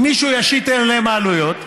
אם מישהו ישית עליהם עלויות,